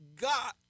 God